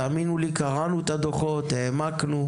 תאמינו לי, קראנו את הדו"חות והעמקנו.